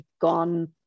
gone